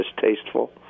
distasteful